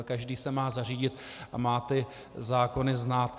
Každý se má zařídit a má ty zákony znát.